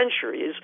centuries